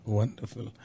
Wonderful